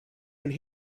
and